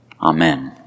Amen